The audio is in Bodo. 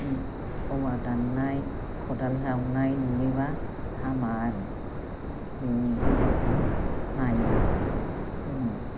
औवा दाननाय खदाल जावनाय नुयोब्ला हामा आरो बे हिनजावखौ नाया उनाव